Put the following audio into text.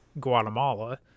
Guatemala